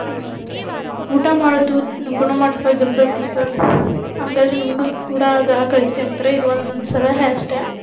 ಊಟ ಮಾಡೋದು ಗುಣಮಟ್ಟವಾಗಿರಬೇಕು ಸರ್ ಹಾಗಾದ್ರೆ ನಿಮಗೂ ಕೂಡ ಗ್ರಾಹಕರು ಹೆಚ್ಗೆ ಆಗ್ತಾರೆ ಇದು ಒಂದು ನನ್ನ ಸಲಹೆ ಅಷ್ಟೆ